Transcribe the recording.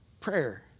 Prayer